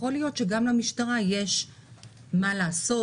יכול להיות שגם למשטרה יש מה לעשות,